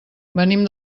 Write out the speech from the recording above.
venim